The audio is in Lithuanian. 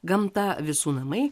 gamta visų namai